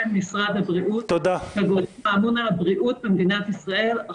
משרד הבריאות שאמון על הבריאות במדינת ישראל.